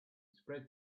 spread